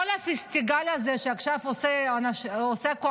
כל הפסטיגל הזה שעכשיו עושה הקואליציה